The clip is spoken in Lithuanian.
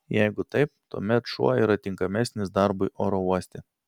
jeigu taip tuomet šuo yra tinkamesnis darbui oro uoste